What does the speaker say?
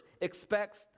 expects